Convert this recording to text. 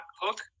hook